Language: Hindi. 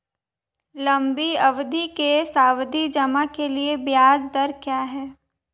लंबी अवधि के सावधि जमा के लिए ब्याज दर क्या है?